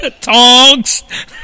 tongs